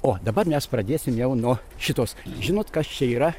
o dabar mes pradėsim jau nuo šitos žinot kas čia yra